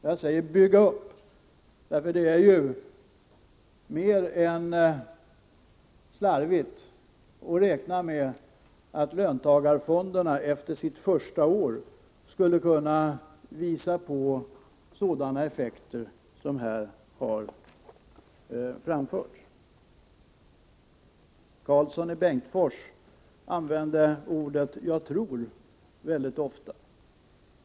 Jag säger ”bygga upp”, för det är ju mer än slarvigt att räkna med att löntagarfonderna efter sitt första år skulle kunna visa på sådana effekter som man här har talat om. Ingvar Karlsson i Bengtsfors använde uttrycket ”jag tror” mycket ofta.